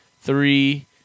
three